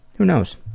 who knows.